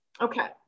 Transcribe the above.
Okay